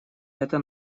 это